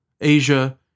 Asia